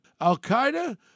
al-Qaeda